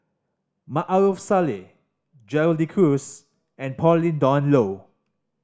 Maarof Salleh Gerald De Cruz and Pauline Dawn Loh